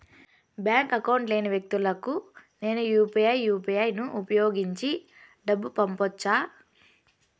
Bank account లేని వ్యక్తులకు నేను యు పి ఐ యు.పి.ఐ ను ఉపయోగించి డబ్బు పంపొచ్చా?